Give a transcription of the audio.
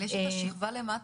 אבל יש את השכבה למטה,